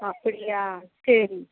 ஓ அப்படியா சரி